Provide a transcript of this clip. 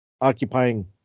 occupying